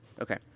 Okay